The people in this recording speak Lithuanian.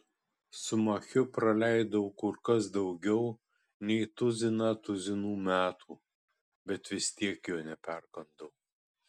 su machiu praleidau kur kas daugiau nei tuziną tuzinų metų bet vis tiek jo neperkandau